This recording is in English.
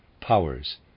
powers